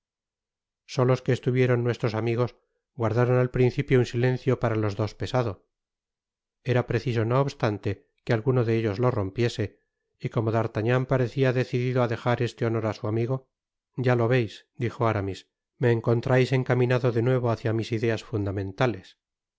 solos que estuvieron nuestros amigos guardaron al principio un silencio para los dos pesado era preciso no obstante que alguno de ellos lo rompiese y como d'artagnan parecia decidido á dejar este honor á su amigo ya to veis dijo aramis me encontrais encaminado de nuevo hácia mis ideas fundamentales